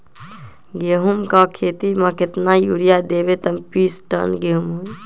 गेंहू क खेती म केतना यूरिया देब त बिस टन गेहूं होई?